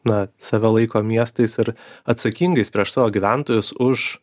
na save laiko miestais ir atsakingais prieš savo gyventojus už